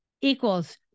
equals